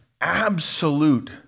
absolute